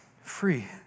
Free